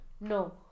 no